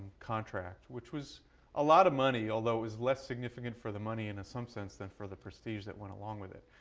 contract, which was a lot of money. although it was less significant for the money in some sense, than for the prestige that went along with it.